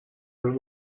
już